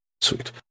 Sweet